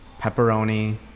pepperoni